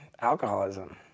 alcoholism